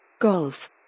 Golf